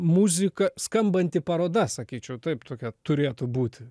muzika skambanti paroda sakyčiau taip tokia turėtų būti